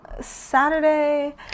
Saturday